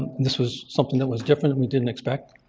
this was something that was different and we didn't expect.